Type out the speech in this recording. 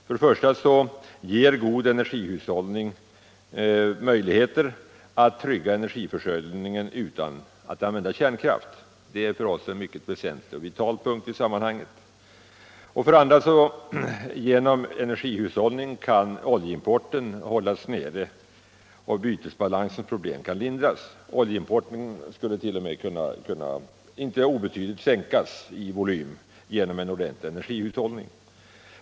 För det första ger god energihushållning möjligheter att trygga energiförsörjningen utan att använda kärnkraft. Det är för oss i centern en mycket väsentlig och vital punkt. För det andra kan oljeimporten genom energihushållning hållas nere och bytesbalansens problem lindras. Oljeimportens volym skulle t.o.m. kunna inte obetydligt sänkas genom en ordentlig energihushållning.